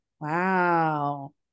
Wow